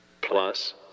Plus